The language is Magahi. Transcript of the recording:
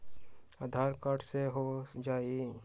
आधार कार्ड से हो जाइ?